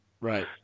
right